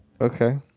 okay